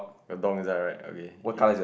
a dog inside right okay it